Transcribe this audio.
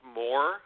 more